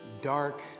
dark